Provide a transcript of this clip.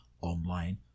online